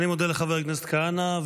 אני מודה לחבר הכנסת כהנא.